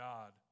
God